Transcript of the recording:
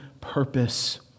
purpose